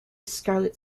scarlet